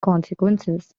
consequences